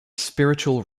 spiritual